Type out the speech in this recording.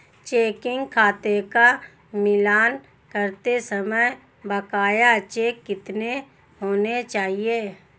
Checking खाते का मिलान करते समय बकाया चेक कितने होने चाहिए?